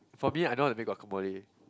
for me I know how to make guacamole